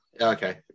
Okay